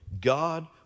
God